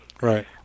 Right